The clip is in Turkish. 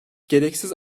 gereksiz